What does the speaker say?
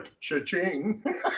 cha-ching